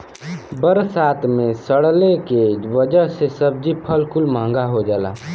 बरसात मे सड़ले के वजह से सब्जी फल कुल महंगा हो जाला